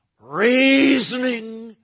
reasoning